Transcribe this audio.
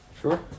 Sure